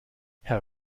herr